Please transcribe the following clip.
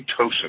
oxytocin